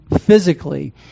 physically